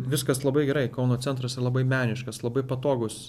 viskas labai gerai kauno centras i labai meniškas labai patogus